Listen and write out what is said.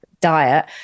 diet